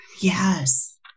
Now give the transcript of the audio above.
Yes